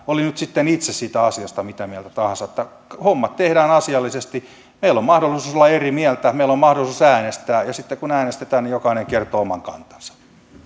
oli sitten itse siitä asiasta mitä mieltä tahansa että hommat tehdään asiallisesti meillä on mahdollisuus olla eri mieltä meillä on mahdollisuus äänestää ja sitten kun äänestetään niin jokainen kertoo oman kantansa